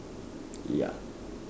ya